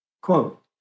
Quote